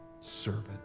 servant